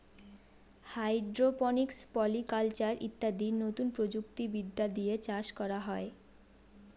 hydroponics, polyculture ইত্যাদি নতুন প্রযুক্তি বিদ্যা দিয়ে চাষ করা হয়